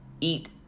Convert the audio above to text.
eat